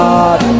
God